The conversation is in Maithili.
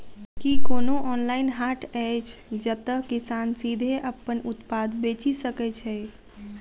की कोनो ऑनलाइन हाट अछि जतह किसान सीधे अप्पन उत्पाद बेचि सके छै?